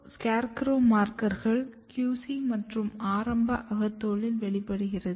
SCARECROW மார்க்கர்கள் QC மற்றும் ஆரம்ப அகத்தோலில் வெளிப்படுகிறது